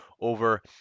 over